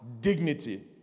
dignity